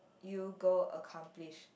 you go accomplish